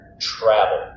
travel